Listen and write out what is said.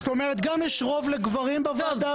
זאת אומרת גם יש רוב לגברים בוועדה